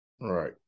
Right